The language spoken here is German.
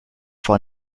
vor